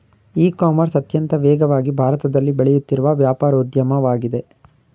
E commerce ಅತ್ಯಂತ ವೇಗವಾಗಿ ಭಾರತದಲ್ಲಿ ಬೆಳೆಯುತ್ತಿರುವ ವ್ಯಾಪಾರೋದ್ಯಮವಾಗಿದೆ